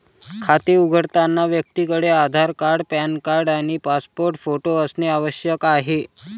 खाते उघडताना व्यक्तीकडे आधार कार्ड, पॅन कार्ड आणि पासपोर्ट फोटो असणे आवश्यक आहे